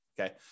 Okay